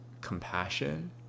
compassion